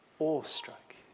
awestruck